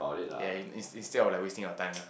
ya in in~ instead of like wasting your time yeah